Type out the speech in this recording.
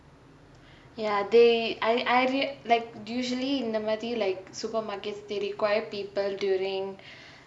ya they I I like usually இந்த மாரி:intha maari like supermarkets they require people during